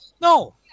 No